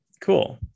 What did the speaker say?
Cool